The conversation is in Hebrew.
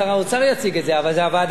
אבל הוועדה מביאה את זה עכשיו.